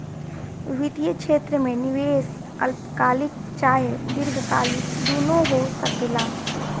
वित्तीय क्षेत्र में निवेश अल्पकालिक चाहे दीर्घकालिक दुनु हो सकेला